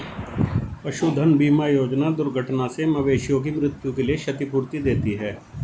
पशुधन बीमा योजना दुर्घटना से मवेशियों की मृत्यु के लिए क्षतिपूर्ति देती है